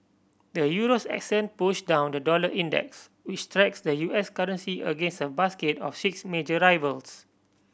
the euro's ascent pushed down the dollar index which tracks the U S currency against a basket of six major rivals